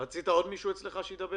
רצית שעוד מישהו ידבר?